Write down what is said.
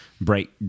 bright